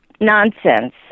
nonsense